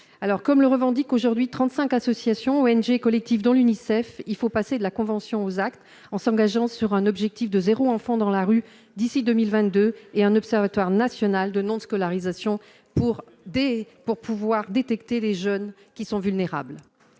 Comme le revendiquent aujourd'hui 35 associations, ONG et collectifs, dont l'Unicef, il faut passer de la convention aux actes en s'engageant sur un objectif de zéro enfant dans la rue d'ici à 2022 et en créant un observatoire national de la non-scolarisation pour détecter les jeunes qui sont vulnérables.